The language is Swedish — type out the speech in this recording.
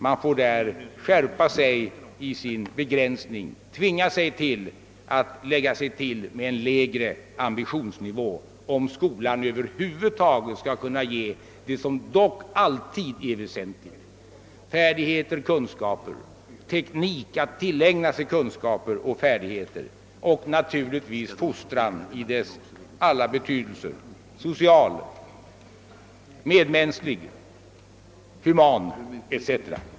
Man får skärpa sig i sin begränsning, tvinga sig till en lägre ambitionsnivå, om skolan över huvud taget skall kunna ge det som dock alltid är väsentligt — färdigheter, kunskaper samt teknik att tillägna sig kunskaper och färdigheter och naturligtvis fostran i dess alla betydelser, social, medmänsklig, human etc.